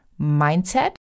mindset